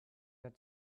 had